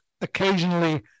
occasionally